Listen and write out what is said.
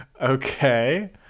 Okay